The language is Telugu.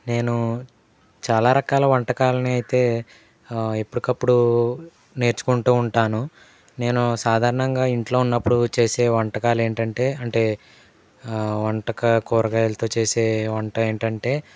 నేను చాలా రకాల వంటకాలని అయితే ఎప్పటికప్పుడు నేర్చుకుంటూ ఉంటాను నేను సాధారణంగా ఇంట్లో ఉన్నప్పుడు చేసే వంటకాలు ఏంటంటే అంటే వంట క కూరగాయలతో చేసే వంట ఏంటంటే